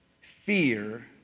Fear